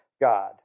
God